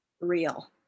real